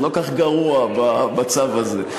לא כל כך גרוע במצב הזה.